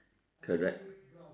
correct